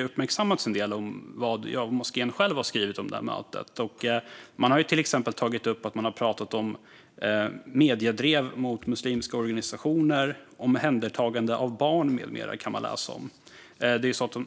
uppmärksammats en del på sociala medier, och moskén själv har skrivit om mötet. De har till exempel tagit upp att man har pratat om mediedrev mot muslimska organisationer och omhändertagande av barn med mera. Det är sådant man kan läsa om.